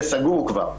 זה סגור כבר.